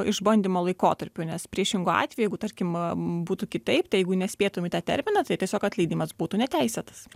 išbandymo laikotarpiu nes priešingu atveju jeigu tarkim būtų kitaip tai jeigu nespėtum į tą terminą tai tiesiog atleidimas būtų neteisėtas